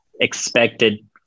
expected